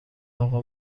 اقا